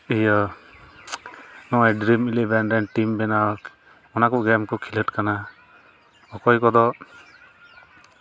ᱤᱭᱟᱹ ᱱᱚᱜᱼᱚᱭ ᱰᱨᱤᱢ ᱤᱞᱮᱵᱷᱮᱱ ᱨᱮᱱ ᱴᱤᱢ ᱵᱮᱱᱟᱣ ᱚᱱᱟ ᱠᱚ ᱜᱮᱢ ᱠᱚ ᱠᱷᱮᱞᱳᱸᱰ ᱠᱟᱱᱟ ᱚᱠᱚᱭ ᱠᱚᱫᱚ